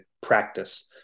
practice